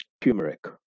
turmeric